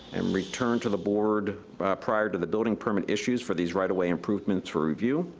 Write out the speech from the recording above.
and return to the board prior to the building permit issues for these right of way improvements for review.